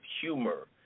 humor